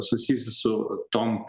susijusi su tom